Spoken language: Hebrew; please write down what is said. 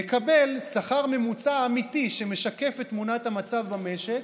נקבל שכר ממוצע אמיתי, שמשקף את תמונת המצב במשק,